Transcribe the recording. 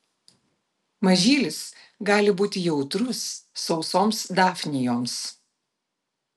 mažylis gali būti jautrus sausoms dafnijoms